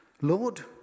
Lord